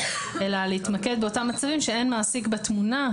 אלא להתמקד באותם מצבים שאין מעסיק בתמונה,